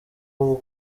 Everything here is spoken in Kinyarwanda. ubwo